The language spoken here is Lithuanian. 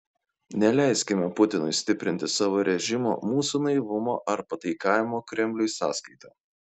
neleiskime putinui stiprinti savo režimo mūsų naivumo ar pataikavimo kremliui sąskaita